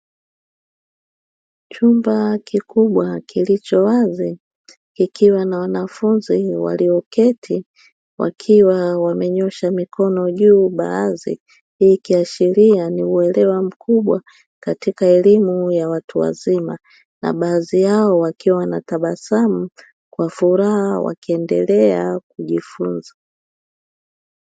Chumba kikubwa kilicho wazi kikiwa na wanafunzi walioketi wakiwa wamenyoosha mikono juu baadhi, hii ikiashiria ni uelewa mkubwa katika elimu ya watu wazima na baadhi yao wakiwa wanatabasamu kwa furaha wakiendelea kujifunza.